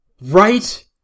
Right